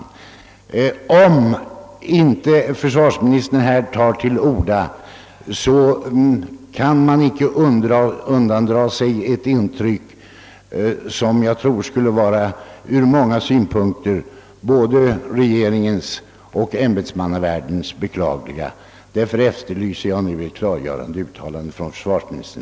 Om försvarsministern här inte tar till orda, kan man inte undgå ett intryck som jag tror ur både regeringens och ämbetsmannavärldens synpunkt vore beklagligt. Därför efterlyser jag nu ett klarläggande uttalande från försvarsministern.